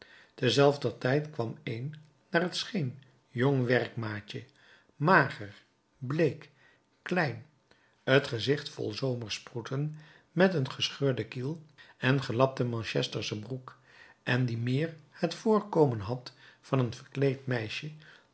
tezelfder tijd kwam een naar het scheen jong werkmaatje mager bleek klein t gezicht vol zomersproeten met een gescheurden kiel en gelapte manchestersche broek en die meer het voorkomen had van een verkleed meisje